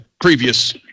previous